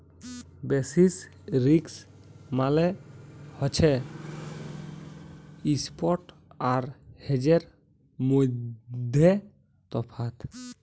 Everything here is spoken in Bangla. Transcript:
বেসিস রিস্ক মালে হছে ইস্প্ট আর হেজের মইধ্যে তফাৎ